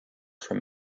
from